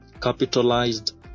capitalized